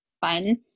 fun